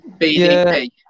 BDP